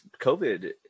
COVID